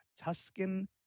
Tuscan